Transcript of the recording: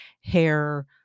hair